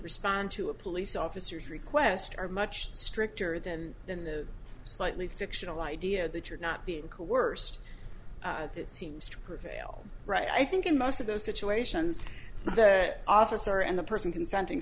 respond to a police officer's request are much stricter than in the slightly fictional idea that you're not being cool worst that seems to prevail right i think in most of those situations the officer and the person consenting